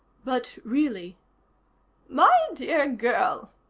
but really my dear girl,